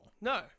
No